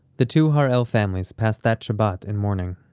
the two harel families passed that shabbat in mourning.